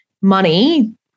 money